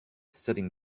sitting